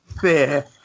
fear